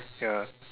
ya